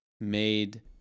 made